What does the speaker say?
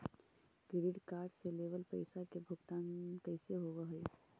Credit card से लेवल पैसा के भुगतान कैसे होव हइ?